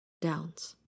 downs